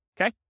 Okay